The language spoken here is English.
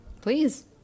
Please